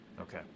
okay